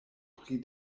pri